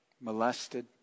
molested